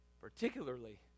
Particularly